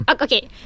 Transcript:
okay